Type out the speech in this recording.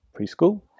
Preschool